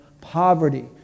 poverty